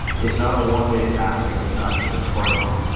it's not a one day task, and it's not just a turn on.